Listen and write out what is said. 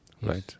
right